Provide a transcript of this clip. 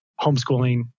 homeschooling